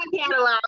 catalog